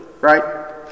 right